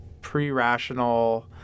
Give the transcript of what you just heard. pre-rational